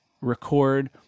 record